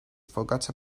forgot